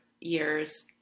years